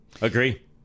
agree